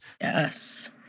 Yes